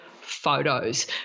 photos